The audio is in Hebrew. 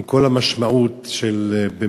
עם כל המשמעות של באמת,